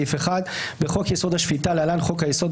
תיקון סעיף 4 בחוק-יסוד: השפיטה (להלן חוק היסוד),